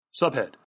Subhead